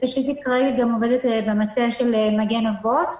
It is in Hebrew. וספציפית כרגע גם עובדת במטה של "מגן אבות",